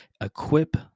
equip